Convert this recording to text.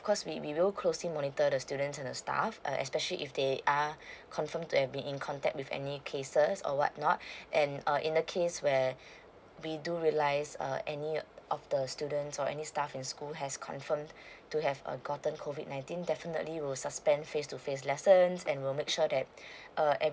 course we we will closely monitor the students and the staff err especially if they are confirmed to have been in contact with any cases or what not and uh in the case where we do realize uh any of the students or any staff in school has confirmed to have err gotten COVID nineteen definitely we'll suspend face to face lessons and we'll make sure that uh